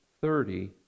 thirty